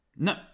No